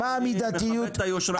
מה המידתיות?